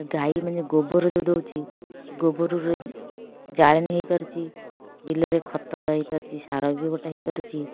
ଗାଈମାନେ ଗୋବର ଯେଉଁ ଦେଉଛି ଗୋବରରୁ ଜାଳେଣି ହେଇ ପାରୁଛି ବିଲରେ ଖତ ହେଇପାରୁଛି ସାର ବି ଗୋଟେ ହେଇପାରୁଛି